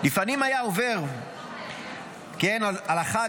"לפנים היה עובר על החג,